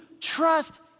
Trust